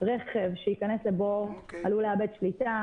רכב שייכנס לבור עלול לאבד שליטה,